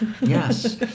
Yes